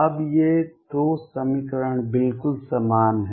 अब ये 2 समीकरण बिल्कुल समान हैं